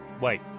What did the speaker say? Wait